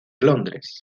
londres